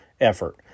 effort